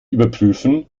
überprüfen